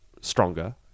stronger